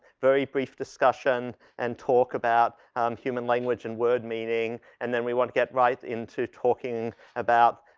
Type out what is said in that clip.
very brief discussion and talk about human language and word meaning and then we wanna get right into talking about